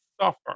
suffer